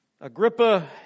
Agrippa